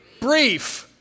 Brief